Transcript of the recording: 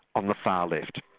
on the far left.